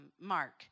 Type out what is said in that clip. Mark